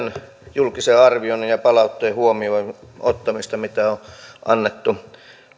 julkisen arvion ja palautteen huomioon ottamista mitä on annettu